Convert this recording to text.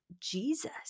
Jesus